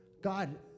God